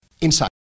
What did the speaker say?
inside